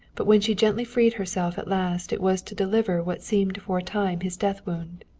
but when she gently freed herself at last it was to deliver what seemed for a time his death wound.